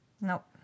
Nope